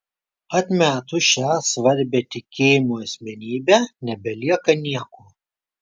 atmetus šią svarbią tikėjimui asmenybę nebelieka nieko